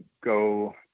go